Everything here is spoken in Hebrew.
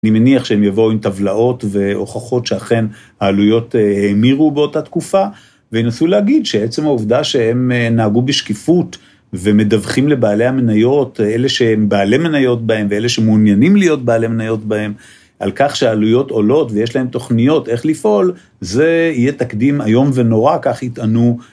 אני מניח שהם יבואו עם טבלאות והוכחות שאכן העלויות האמירו באותה תקופה, והם עשויים להגיד שעצם העובדה שהם נהגו בשקיפות, ומדווחים לבעלי המניות, אלה שהם בעלי מניות בהם ואלה שמעוניינים להיות בעלי מניות בהם, על כך שהעלויות עולות ויש להם תוכניות איך לפעול, זה יהיה תקדים איום ונורא, כך יטענו.